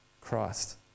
Christ